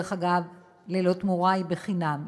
דרך אגב, ללא תמורה, היא בחינם.